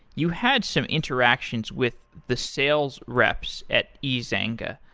you had some interactions with the sales reps at ezanga.